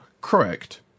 Correct